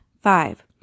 five